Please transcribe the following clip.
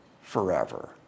forever